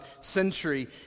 century